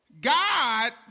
God